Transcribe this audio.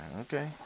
Okay